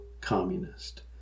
communist